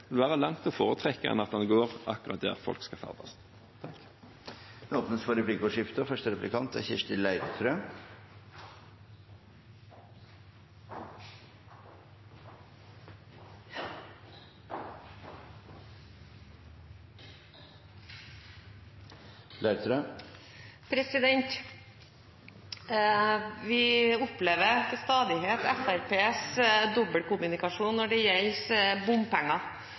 Det å legge den i tunnel vil være langt å foretrekke framfor at den går akkurat der folk skal ferdes. Det blir replikkordskifte. Vi opplever til stadighet Fremskrittspartiets dobbeltkommunikasjon når det gjelder bompenger.